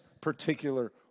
particular